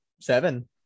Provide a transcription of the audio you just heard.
seven